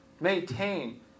maintain